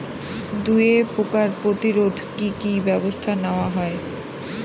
দুয়ে পোকার প্রতিরোধে কি কি ব্যাবস্থা নেওয়া হয়?